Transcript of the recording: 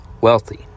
wealthy